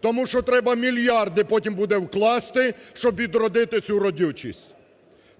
тому що треба мільярди потім буде вкласти, щоб відродити цю родючість.